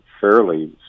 fairly